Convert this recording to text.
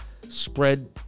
spread